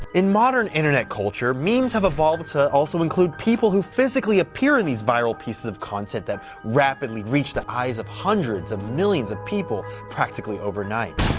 in modern internet culture, memes have evolved to also include people who physically appear in these viral pieces of content that rapidly reach the eyes of hundreds of millions of people practically overnight.